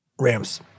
Rams